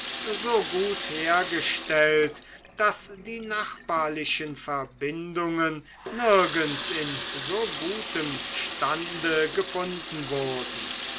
so gut hergestellt daß die nachbarlichen verbindungen nirgends in so gutem stande gefunden wurden